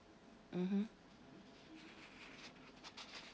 mmhmm